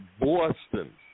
Boston